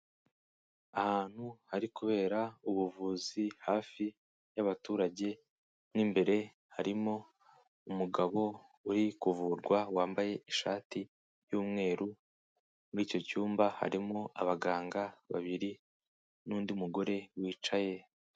Ahantu hari kubera ubuvuzi hafi y'abaturage, mo imbere harimo umugabo uri kuvurwa wambaye ishati y'umweru, muri icyo cyumba harimo abaganga babiri n'undi mugore wicaye.